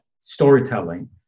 storytelling